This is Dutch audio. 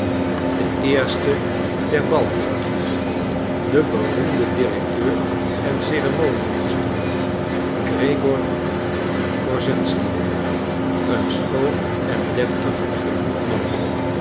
den eersten der balhierarchie den beroemden directeur en ceremoniemeester gregor korszunsky een schoon en deftig gehuwd man